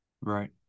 right